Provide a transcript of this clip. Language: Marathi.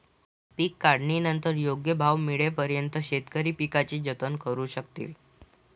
पीक काढणीनंतर योग्य भाव मिळेपर्यंत शेतकरी पिकाचे जतन करू शकतील